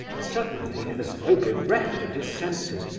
suddenly, as though bereft of his senses,